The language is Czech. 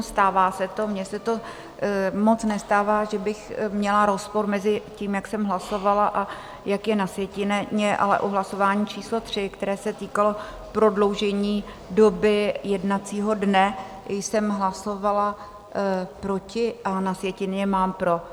Stává se to, mně se to moc nestává, že bych měla rozpor mezi tím, jak jsem hlasovala, a tím, jak je na sjetině, ale u hlasování číslo 3, které se týkalo prodloužení doby jednacího dne, jsem hlasovala proti, a na sjetině mám pro.